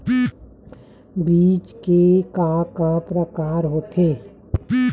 बीज के का का प्रकार होथे?